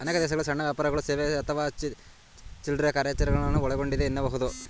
ಅನೇಕ ದೇಶಗಳಲ್ಲಿ ಸಣ್ಣ ವ್ಯಾಪಾರಗಳು ಸೇವೆ ಅಥವಾ ಚಿಲ್ರೆ ಕಾರ್ಯಾಚರಣೆಗಳನ್ನ ಒಳಗೊಂಡಿದೆ ಎನ್ನಬಹುದು